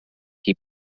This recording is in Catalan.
qui